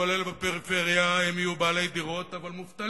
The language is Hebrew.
כל אלה בפריפריה יהיו בעלי דירות אבל מובטלים,